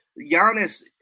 Giannis